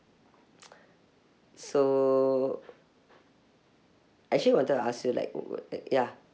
so I actually wanted to ask you like wh~ ya